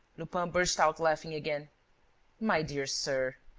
lupin burst out laughing again my dear sir,